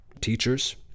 teachers